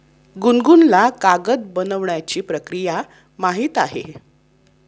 गुनगुनला कागद बनवण्याची प्रक्रिया माहीत आहे